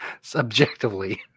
Subjectively